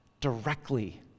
directly